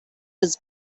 his